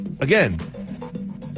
again